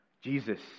Jesus